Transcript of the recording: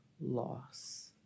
loss